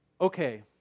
okay